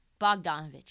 Bogdanovich